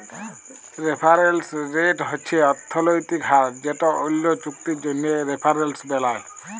referrals rate হছে অথ্থলৈতিক হার যেট অল্য চুক্তির জ্যনহে রেফারেলস বেলায়